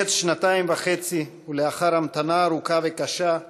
מקץ שנתיים וחצי, ולאחר המתנה ארוכה וקשה,